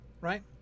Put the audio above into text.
right